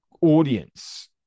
audience